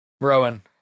Rowan